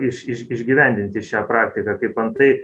iš iš išgyvendinti šią praktiką kaip antai